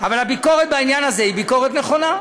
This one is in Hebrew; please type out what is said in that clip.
אבל הביקורת בעניין הזה היא ביקורת נכונה.